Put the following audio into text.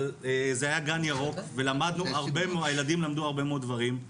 אבל זה היה גן ירוק והילדים למדו הרבה מאוד דברים.